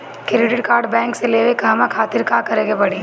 Credit card bank से लेवे कहवा खातिर का करे के पड़ी?